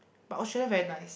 but Australia very nice